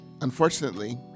unfortunately